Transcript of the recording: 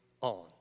on